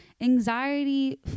anxiety